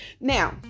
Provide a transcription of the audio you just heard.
Now